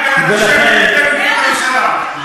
ולכן,